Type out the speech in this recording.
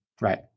Right